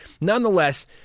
Nonetheless